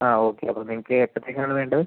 ആ ഓക്കെ അപ്പോൾ നിങ്ങൾക്ക് എപ്പോഴത്തേക്കാണ് വേണ്ടത്